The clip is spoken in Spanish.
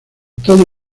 todo